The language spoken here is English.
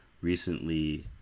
recently